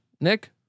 Nick